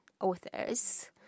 authors